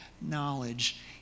knowledge